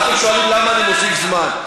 ואז אתם שואלים למה אני מוסיף זמן.